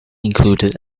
included